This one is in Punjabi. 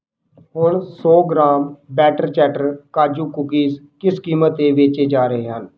ਹੁਣ ਸੌ ਗ੍ਰਾਮ ਬੈਟਰ ਚੈਟਰ ਕਾਜੂ ਕੂਕੀਜ਼ ਕਿਸ ਕੀਮਤ 'ਤੇ ਵੇਚੇ ਜਾ ਰਹੇ ਹਨ